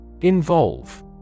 Involve